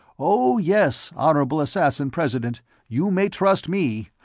oh, yes, honorable assassin-president you may trust me.